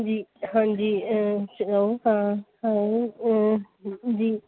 जी हां जी हा जी